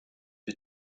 the